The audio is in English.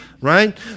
Right